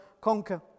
conquer